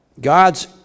God's